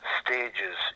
stages